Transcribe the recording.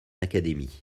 académie